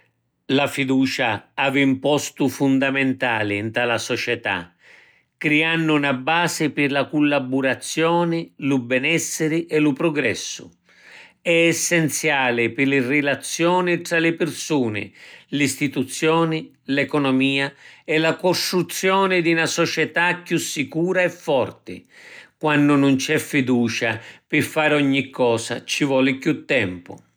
La fiducia havi ‘n postu fundamentali nta la società, criannu na basi pi la cullaburazioni, lu benessiri e lu progressu. È essenziali pi li rilazioni tra li pirsuni, l’istituzioni, l’economia e la custruzioni di na società chiù sicura e forti. Quannu nun c’è fiducia, pi fari ogni cosa ci voli chiù tempu.